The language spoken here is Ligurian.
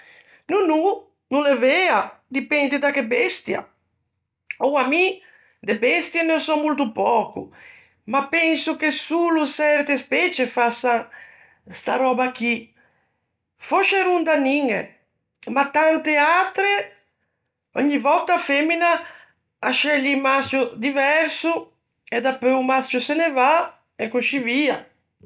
No no, no l'é vea, dipende da che bestia. Oua mi de bestie ne sò molto pöco, ma penso che solo çerte specie fassan sta röba chì, fòscia e rondaniñe. Ma tante atre, ògni vòtta a femina a scelie un masccio diverso, e dapeu o masccio o se ne va, e coscì via.